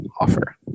offer